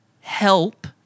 help